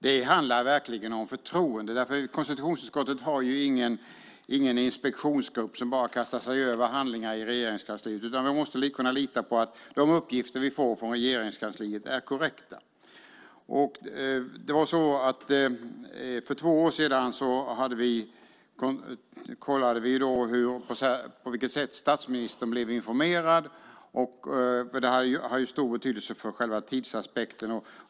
Det handlar verkligen om förtroende, därför att konstitutionsutskottet har ju ingen inspektionsgrupp som bara kastar sig över handlingar i Regeringskansliet, utan vi måste kunna lita på att de uppgifter som vi får från Regeringskansliet är korrekta. För två år sedan kollade vi på vilket sätt statsministern blev informerad, för det hade ju stor betydelse för själva tidsaspekten.